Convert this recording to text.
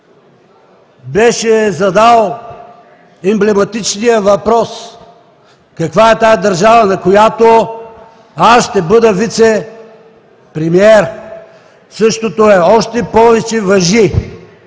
беше задал емблематичния въпрос: „Каква е тази държава, на която аз ще бъда вицепремиер?“ Същото е! Още повече важи